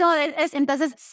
Entonces